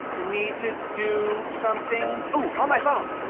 need to do something, ooh! on my phone!